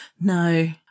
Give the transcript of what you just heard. No